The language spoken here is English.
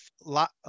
lot